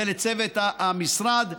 ולצוות המשרד.